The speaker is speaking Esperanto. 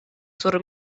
sur